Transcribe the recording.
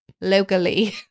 locally